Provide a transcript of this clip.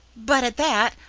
but at that,